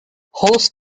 horse